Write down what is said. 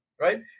right